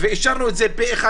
ואישרנו את זה פה אחד,